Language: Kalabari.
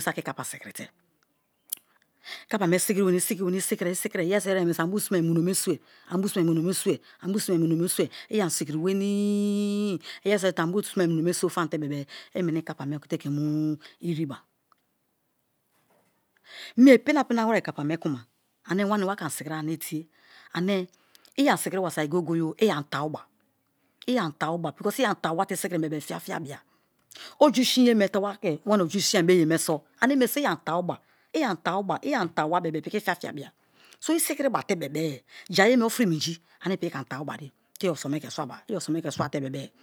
saki kapa sakirite kapa me sikiriwenii sikirie, sikirie iyeriso erite mine so ani bo simai muno me sue, anibo simai muno me sue, i ani sikiri wenii iyeriso erite ani bo simai muno me so famate-bere-e i meni kapa me ekite ke mu ireba, mie pina pina were kapa me lama ane wa ni wake ani sikirie ani tie ane i ani sikiri wa saki goye-goye i ani tawu ba, i ani tawu ba because i ani tawuwu te sikirim bebe-e fiafia bia, oju sinye me te wake wana oju sinbe yeme so ane me so i ani tuwa-a ba i ani tawu-a bebe-e piki fiafia bia so isikiriba te bebe-e jai emi owu ofriminji ane i piki ke ani tau wariye i sin me ke swaba i oson me ke swate-e.